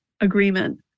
agreement